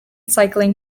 cycling